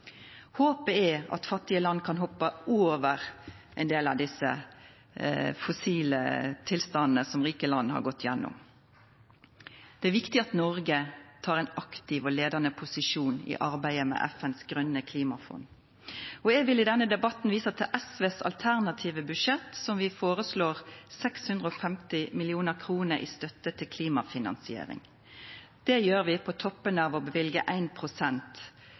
Håpet er at fattige land kan hoppa over ein del av desse fossile tilstandane som rike land har gått igjennom. Det er viktig at Noreg tek ein aktiv og leiande posisjon i arbeidet med FNs grøne klimafond. Eg vil i denne debatten visa til SVs alternative budsjett, der vi føreslår 650 mill. kr i støtte til klimafinansiering. Det gjer vi på toppen av å